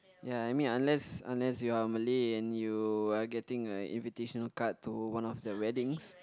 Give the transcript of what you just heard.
ya I mean unless unless you're Malay and you're getting an invitational card to one of the weddings